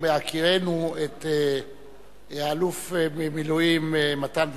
בהכירנו את האלוף במילואים מתן וילנאי,